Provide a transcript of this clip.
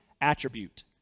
attribute